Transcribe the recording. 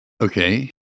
Okay